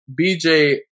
BJ